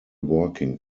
working